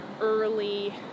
early